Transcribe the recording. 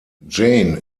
jane